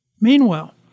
Meanwhile